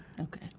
Okay